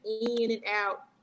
in-and-out